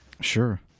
Sure